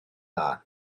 dda